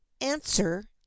answer